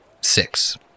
Six